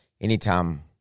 anytime